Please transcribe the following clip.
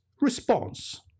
response